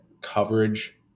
coverage